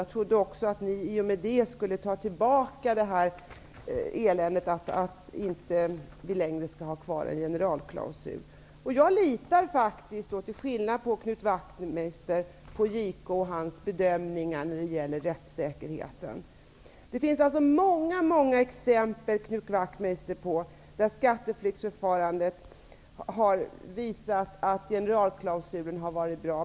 Jag trodde också att regeringen i och med detta skulle dra tillbaka det eländiga förslaget om att ta bort generalklausulen. Till skillnad från Knut Wachtmeister litar jag på JK och hans bedömningar när det gäller rättssäkerheten. Det finns många exempel på skatteflyktsförfarande som visar att generalklausulen har behövts.